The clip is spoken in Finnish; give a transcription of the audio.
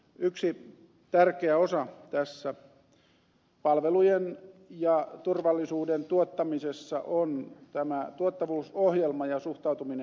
yksi tärkeä osa tässä palvelujen ja turvallisuuden tuottamisessa on tämä tuottavuusohjelma ja suhtautuminen siihen